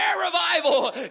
revival